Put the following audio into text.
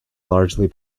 largely